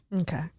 Okay